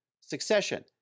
succession